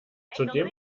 zudem